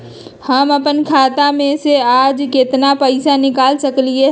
हम अपन खाता में से आज केतना पैसा निकाल सकलि ह?